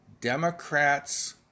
Democrats